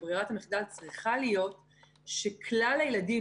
ברירת המחדל צריכה להיות שכלל הילדים,